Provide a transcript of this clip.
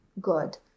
good